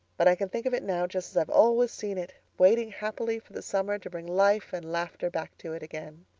but i can think of it now, just as i've always seen it, waiting happily for the summer to bring life and laughter back to it again.